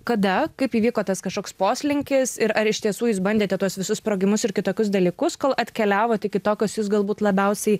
kada kaip įvyko tas kažkoks poslinkis ir ar iš tiesų jūs bandėte tuos visus sprogimus ir kitokius dalykus kol atkeliavot iki to kas jus galbūt labiausiai